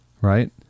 right